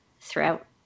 throughout